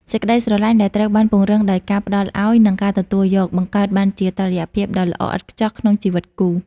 សេចក្ដីស្រឡាញ់ដែលត្រូវបានពង្រឹងដោយការផ្ដល់ឱ្យ និងការទទួលយក បង្កើតបានជាតុល្យភាពដ៏ល្អឥតខ្ចោះក្នុងជីវិតគូ។